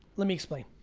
let me explain.